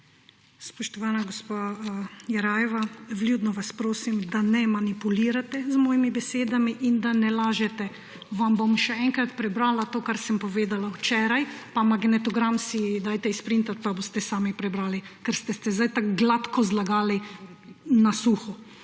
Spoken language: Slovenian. Spoštovana gospa Jerajeva, vljudno vas prosim, da ne manipulirate z mojimi besedami in da ne lažete. Vam bom še enkrat prebrala to, kar sem povedala včeraj, pa magnetogram si dajte sprintati, pa boste sami prebrali. Ker ste se zdaj tako gladko zlagali na suho.